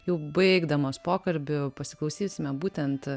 jau baigdamos pokalbį pasiklausysime būtent